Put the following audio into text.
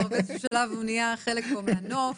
כי באיזה שהוא שלב הוא נהיה חלק פה מהנוף